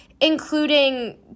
including